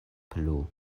plu